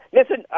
Listen